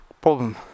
problem